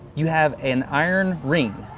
you have an iron ring,